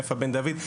יפה בן דויד.